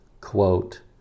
quote